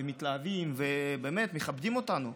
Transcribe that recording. ומתלהבים ובאמת מכבדים אותנו.